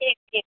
ठीक ठीक